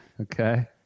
Okay